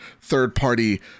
third-party